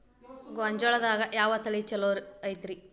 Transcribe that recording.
ಗೊಂಜಾಳದಾಗ ಯಾವ ತಳಿ ಛಲೋ ಐತ್ರಿ?